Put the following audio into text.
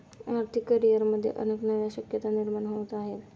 आर्थिक करिअरमध्ये अनेक नव्या शक्यता निर्माण होत आहेत